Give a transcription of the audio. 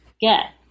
get